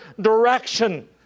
direction